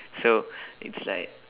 so it's like